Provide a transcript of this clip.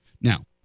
Now